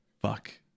Fuck